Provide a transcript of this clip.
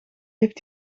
heeft